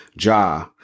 Ja